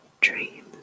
dreams